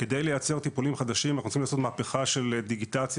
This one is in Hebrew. כדי לייצר טיפולים חדשים אנחנו צריכים לעשות מהפכה של דיגיטציה,